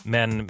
Men